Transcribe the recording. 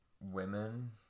women